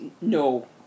No